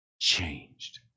changed